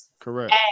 Correct